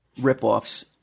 rip-offs